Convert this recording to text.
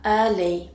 early